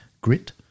grit